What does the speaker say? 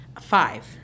Five